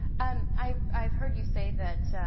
and i've i've heard you say that